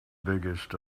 biggest